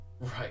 Right